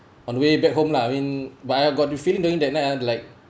on the way back home lah I mean but I got the feeling during that night uh like